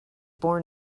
born